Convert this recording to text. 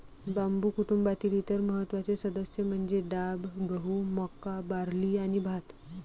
बांबू कुटुंबातील इतर महत्त्वाचे सदस्य म्हणजे डाब, गहू, मका, बार्ली आणि भात